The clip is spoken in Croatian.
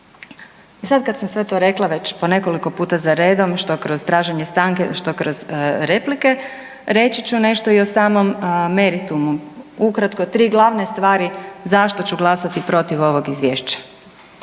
I sada kada sam sve to rekla već po nekoliko puta za redom što kroz traženje stanke, što kroz replike reći su nešto i o samom meritumu. Ukratko tri glavne stvari zašto ću glasati protiv ovog Izvješće.